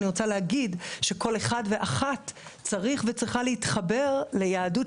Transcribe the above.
אני רוצה להגיד שכל אחד ואחת צריך וצריכה להתחבר ליהדות